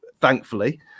thankfully